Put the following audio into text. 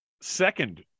second